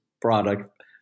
product